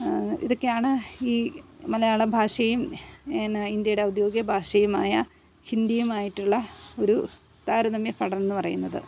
ഇതൊക്കെയാണ് ഈ മലയാള ഭാഷയും പിന്നെ ഇന്ത്യയുടെ ഔദ്യോഗിക ഭാഷയുമായ ഹിന്ദിയുമായിട്ടുള്ള ഒരു താരതമ്യ പഠനം എന്നു പറയുന്നത്